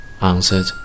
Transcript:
answered